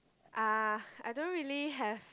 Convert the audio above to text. uh I don't really have